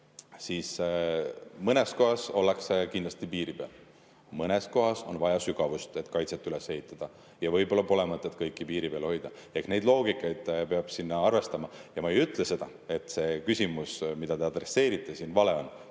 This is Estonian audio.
ja mõnes kohas ollakse kindlasti piiri peal, siis mõnes kohas on vaja sügavust, et kaitset üles ehitada. Võib-olla pole mõtet kõiki piiri peal hoida. Neid loogikaid peab arvestama. Ma ei ütle seda, et see küsimus, mida te adresseerite siin, vale on.